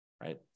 right